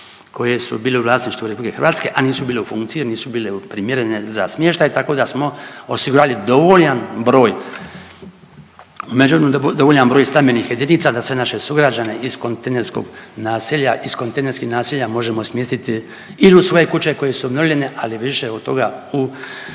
koji su bili u vlasništvu Republike Hrvatske, a nisu bili u funkciji jer nisu bile primjerene za smještaj, tako da smo osigurali dovoljan broj stambenih jedinica da se naše sugrađane iz kontejnerskog naselja iz kontejnerskih naselja možemo smjestiti ili u svoje kuće koje su obnovljene, ali više od toga u